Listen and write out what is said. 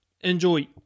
enjoy